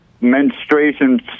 menstruation